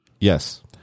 Yes